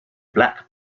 black